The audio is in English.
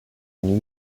new